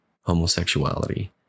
homosexuality